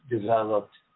developed